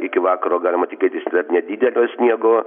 iki vakaro galima tikėtis dar nedidelio sniego